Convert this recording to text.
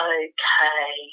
okay